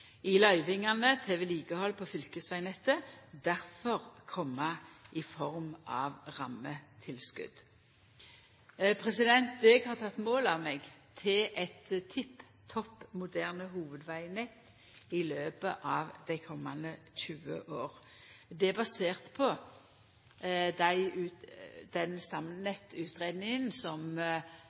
i løyvingane til vedlikehald på fylkesvegnettet difor koma i form av rammetilskot. Eg har teke mål av meg til eit tipp topp moderne hovudvegnett i løpet av dei komande 20 åra. Det er basert på den stamvegnettutgreiinga som